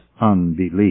unbelief